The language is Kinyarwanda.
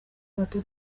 bato